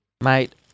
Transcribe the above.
Mate